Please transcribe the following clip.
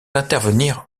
intervenir